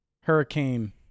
Hurricane